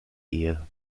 ehe